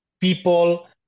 people